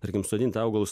tarkim sodint augalus